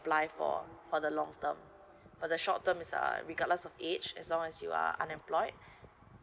apply for for the long term for the short term is um regardless of age as long as you are unemployed